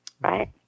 right